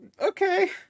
okay